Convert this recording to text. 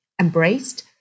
embraced